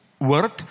word